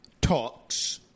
talks